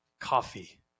coffee